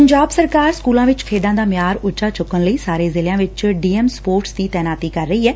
ਪੰਜਾਬ ਸਰਕਾਰ ਸਕੁਲਾਂ ਵਿੱਚ ਖੇਡਾਂ ਦਾ ਮਿਆਰ ਉਂਚਾ ਚੁੱਕਣ ਲਈ ਸਾਰੇ ਜ਼ਿਲਿਆਂ ਵਿੱਚ ਡੀਐਮ ਸਪੋਰਟਸ ਦੀ ਤਾਇਨਾਤੀ ਕਰ ਰਹੀ ਏ